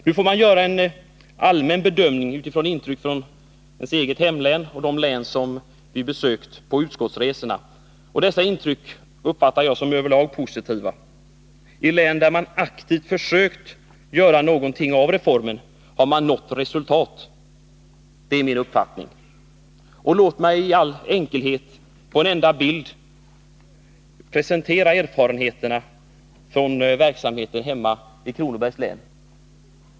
Nu får vi göra en allmän bedömning utifrån intryck från våra egna hemlän och de län vi besökt på utskottsresorna. Dessa intryck uppfattar jag som över lag positiva. I län där man aktivt försökt göra någonting av reformen har man nått resultat — det är min uppfattning. Låt mig i all enkelhet på en enda bild här på kammarens bildskärm presentera erfarenheter från verksamheten hemma i Kronobergs län.